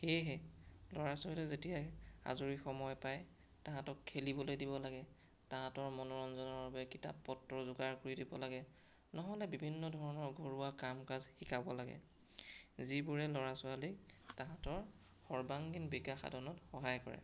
সেয়েহে ল'ৰা ছোৱালীয়ে যেতিয়াই আজৰি সময় পায় তাহাঁতক খেলিবলৈ দিব লাগে তাহাঁতৰ মনোৰঞ্জনৰ বাবে কিতাপ পত্ৰ যোগাৰ কৰি দিব লাগে নহ'লে বিভিন্ন ধৰণৰ ঘৰুৱা কাম কাজ শিকাব লাগে যিবোৰে ল'ৰা ছোৱালীক তাহাঁতৰ সৰ্বাংগীন বিকাশ সাধনত সহায় কৰে